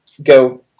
go